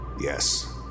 Yes